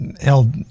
hell